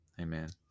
Amen